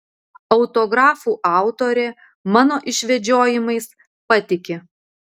autografų autorė mano išvedžiojimais patiki